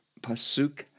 Pasuk